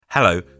Hello